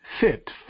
fit